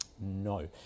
no